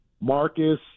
Marcus